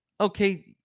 okay